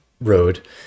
road